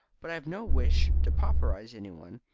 but i have no wish to pauperise anyone,